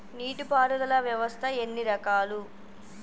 నీటి పారుదల వ్యవస్థ ఎన్ని రకాలు?